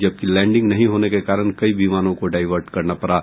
जबकि लैंडिंग नहीं होने के कारण कई विमानों को डायवर्ट करना पड़ा